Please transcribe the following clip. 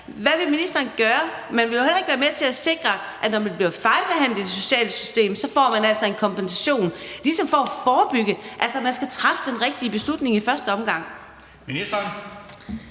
Hvad vil ministeren gøre? Man vil heller ikke være med til at sikre, at man, når man bliver fejlbehandlet i socialsystemet, får en kompensation for ligesom at forebygge. Altså, man skal træffe den rette beslutning i første omgang.